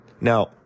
Now